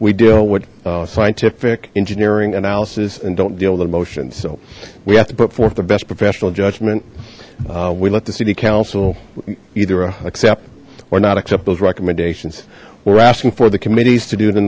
we deal with scientific engineering analysis and don't deal with emotions so we have to put forth the best professional judgment we let the city council either accept or not accept those recommendations we're asking for the committee's to do t